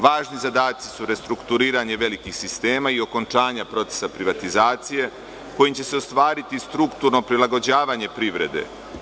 Važni zadaci su restrukturiranje velikih sistema i okončanje procesa privatizaciije, kojim će se ostvariti strukturno prilagođavanje privrede.